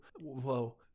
Whoa